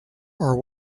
are